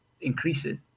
increases